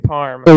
Parm